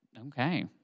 Okay